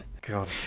God